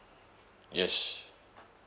yes